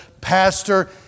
Pastor